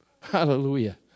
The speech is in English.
Hallelujah